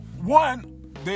one